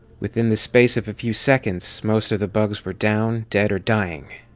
within the space of a few seconds, most of the bugs were down, dead or dying.